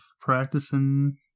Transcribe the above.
practicing